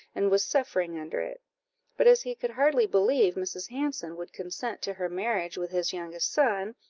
and was suffering under it but as he could hardly believe mrs. hanson would consent to her marriage with his youngest son,